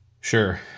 Sure